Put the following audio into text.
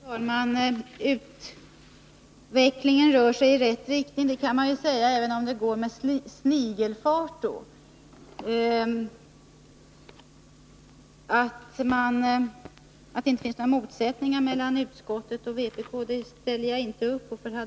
Fru talman! Utvecklingen rör sig i rätt riktning — det kan man ju säga även om det går med snigelfart. Att det inte finns några motsättningar mellan utskottet och vpk är ett påstående som jag inte ställer upp på.